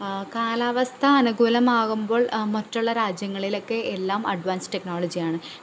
കാലാവസ്ഥ അനുകൂലമാകുമ്പോൾ മറ്റുള്ള രാജ്യങ്ങളിലൊക്കെ എല്ലാം അഡ്വാൻസ് ടെക്നോളജിയാണ് ഇപ്പോൾ